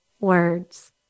words